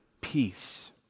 peace